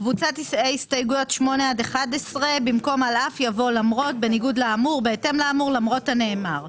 אתם מביאים תקציב שאין בו שום בשורה לשוק הדיור.